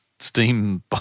steam